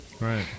Right